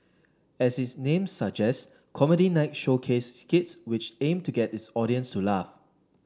as its name suggests Comedy Night showcased skits which aimed to get its audience to laugh